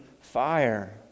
fire